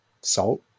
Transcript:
salt